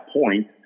point